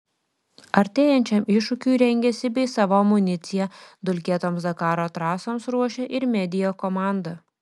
artėjančiam iššūkiui rengiasi bei savo amuniciją dulkėtoms dakaro trasoms ruošia ir media komanda